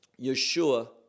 Yeshua